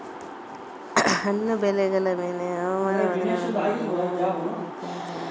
ಹಣ್ಣು ಬೆಳೆಗಳ ಮೇಲೆ ಹವಾಮಾನ ಬದಲಾವಣೆಯ ಪರಿಣಾಮಗಳೇನು ಮತ್ತು ಜಾಗರೂಕತೆಯಿಂದ ಕ್ರಮಗಳೇನು?